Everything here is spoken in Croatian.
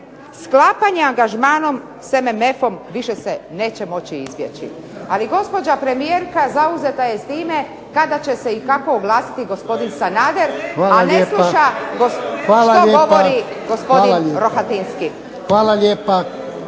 sklapanje angažmana s MMF-om više se neće moći izbjeći. Ali gospođa premijerka zauzeta je s time kada će se i kako oglasiti gospodin Sanader, a ne sluša što govori gospodin Rohatinski. **Jarnjak,